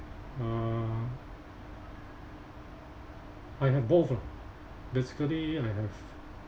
uh I have both lah basically I have